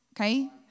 okay